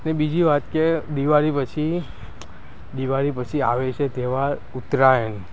પછી બીજી વાત કે દિવાળી પછી દિવાળી પછી આવે છે તહેવાર ઉત્તરાયણ